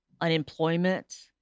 unemployment